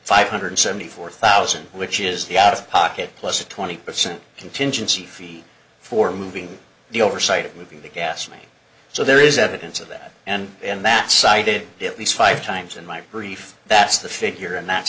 five hundred seventy four thousand which is the out of pocket plus a twenty percent contingency fee for moving the oversight of moving to gasoline so there is evidence of that and that cited it was five times in my brief that's the figure and that's